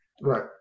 Right